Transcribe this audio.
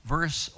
Verse